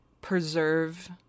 preserve